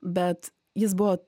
bet jis buvo